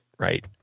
Right